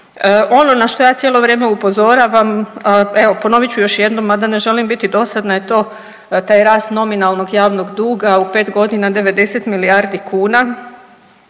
Ono na što ja cijelo vrijeme upozoravam, evo ponovit ću još jednom mada ne želim biti dosadna je to, taj rast nominalnog javnog duga u 5.g. 90 milijardi kuna